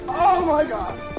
oh my god!